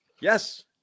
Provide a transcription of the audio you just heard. Yes